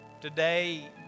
Today